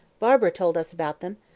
barbara told us about them.